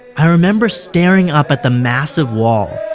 i remember staring up at the massive wall.